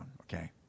okay